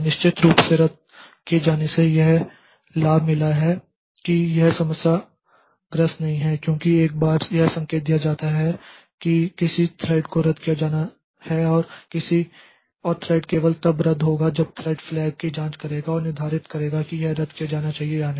निश्चित रूप से रद्द किए जाने से यह लाभ मिला है कि यह समस्या से ग्रस्त नहीं है क्योंकि एक बार यह संकेत दिया जाता है कि किसी थ्रेड को रद्द किया जाना है और थ्रेड केवल तब रद्द होगा जब थ्रेड फ्लैग की जाँच करेगा और निर्धारित करेगा कि उसे रद्द किया जाना चाहिए या नहीं